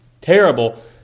terrible